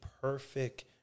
perfect